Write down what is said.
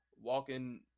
walking